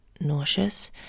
nauseous